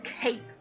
cape